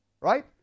Right